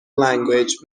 language